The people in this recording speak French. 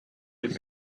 des